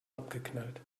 abgeknallt